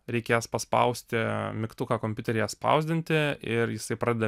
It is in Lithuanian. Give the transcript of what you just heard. reikės paspausti mygtuką kompiuteryje spausdinti ir jisai pradeda